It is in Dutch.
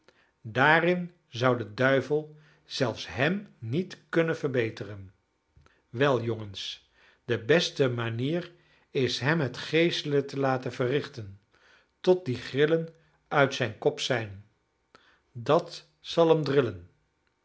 daarin zou de duivel zelf hem niet kunnen verbeteren wel jongens de beste manier is hem het geeselen te laten verrichten tot die grillen uit zijnen kop zijn dat zal hem drillen